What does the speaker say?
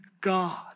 God